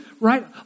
right